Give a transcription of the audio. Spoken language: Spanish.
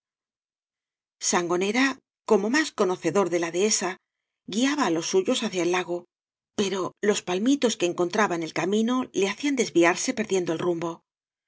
sangonera como más conocedor de la dehesa guiaba á los suyos hacia el lago pero los palmitos que encontraba en el camino le hacían desviarse perdiendo el rumbo